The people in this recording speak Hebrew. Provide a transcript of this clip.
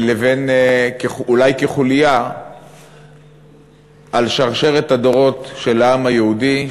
אולי כחוליה בשרשרת הדורות של העם היהודי,